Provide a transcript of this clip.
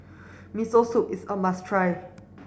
Miso Soup is a must try